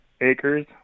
acres